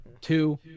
Two